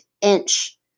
inch